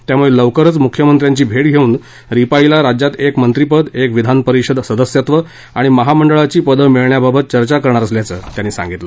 त्यामुळे लवकरच मुख्यमंत्र्यांची भेट घेऊन रिपाइं ला राज्यात एक मंत्रिपद एक विधानपरिषद सदस्यत्व आणि महामंडळाची पदं मिळण्याबाबत चर्चा करणार असल्याचं त्यांनी सांगितलं